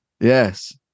Yes